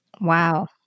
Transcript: Wow